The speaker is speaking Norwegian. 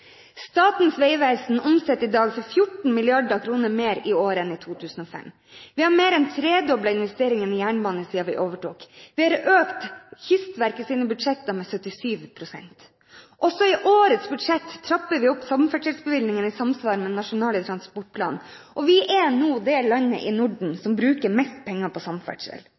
Statens vegvesen omsetter i dag for 14 mrd. kr mer i året enn i 2005. Vi har mer enn tredoblet investeringene i jernbane siden vi overtok, og vi har økt Kystverkets budsjetter med 77 pst. Også i årets budsjett trapper vi opp samferdselsbevilgningen i samsvar med Nasjonal transportplan, og vi er nå det landet i Norden som bruker mest penger på samferdsel.